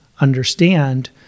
understand